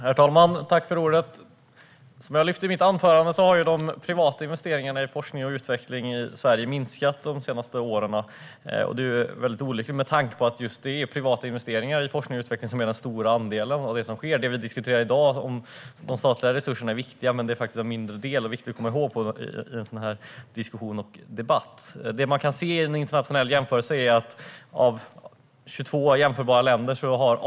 Herr talman! Jag lyfte i mitt anförande upp att de privata investeringarna i forskning och utveckling i Sverige har minskat de senaste åren. Det är väldigt olyckligt, med tanke på att det just är privata investeringar i forskning och utveckling som är den stora andelen. De statliga resurserna är viktiga, men det är faktiskt en mindre del. Det är viktigt att komma ihåg i en sådan här diskussion och debatt. Man kan titta på en internationell jämförelse mellan 22 jämförbara länder.